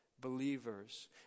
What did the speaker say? believers